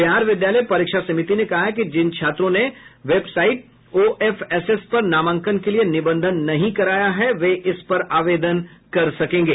बिहार विद्यालय परीक्षा समिति ने कहा है कि जिन छात्रों ने वेबसाइट ओएफएसएस पर नामांकन के लिए निबंधन नहीं कराया है वे इस पर आवेदन कर सकेंगे